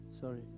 Sorry